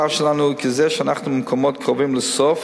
הפער שלנו הוא כזה שאנחנו במקומות הקרובים לסוף,